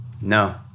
No